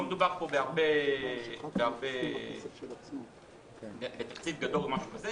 לא מדובר פה בתקציב גדול או משהו כזה.